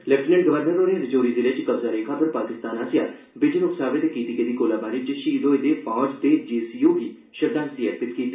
lieutenant governor होरें रजौरी जिले च कब्जा रेखा पर पाकिस्तान आसेआ बिजन उकसावे दे कीती गेदी गोलाबारी च शहीद होए दे फौज दे जेसीओ गी श्रद्धांजलि अर्पित कीती